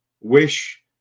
wish